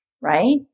right